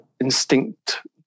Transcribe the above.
instinct